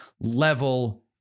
level